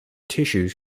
tissues